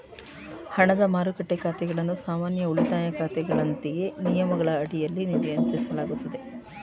ಹಣದ ಮಾರುಕಟ್ಟೆ ಖಾತೆಗಳನ್ನು ಸಾಮಾನ್ಯ ಉಳಿತಾಯ ಖಾತೆಗಳಂತೆಯೇ ನಿಯಮಗಳ ಅಡಿಯಲ್ಲಿ ನಿಯಂತ್ರಿಸಲಾಗುತ್ತದೆ